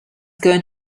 going